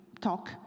talk